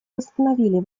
восстановили